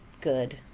good